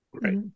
right